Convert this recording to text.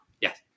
Yes